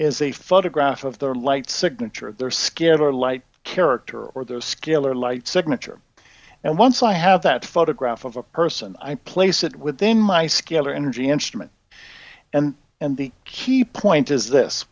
is a photograph of their light signature of their scared or light character or their skill or light signature and once i have that photograph of a person i place it within my skill or energy instrument and and the key point is this